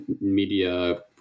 media